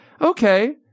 Okay